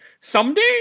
someday